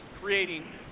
creating